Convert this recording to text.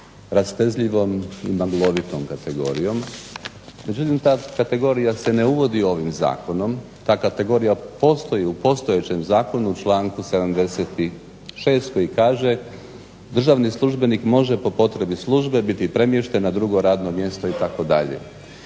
rastezljivom i maglovitom kategorijom. Međutim ta kategorija se ne uvodi ovim zakonom, ta kategorija postoji u postojećem zakonu u članku 76. koji kaže: državni službenik može po potrebi službe biti premješten na drugo radno mjesto itd.